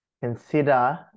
consider